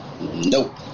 Nope